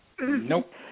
Nope